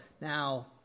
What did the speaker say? now